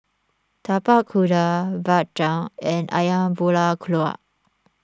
Tapak Kuda Bak Chang and Ayam Buah Keluak